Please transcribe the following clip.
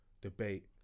debate